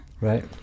right